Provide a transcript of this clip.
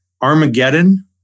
Armageddon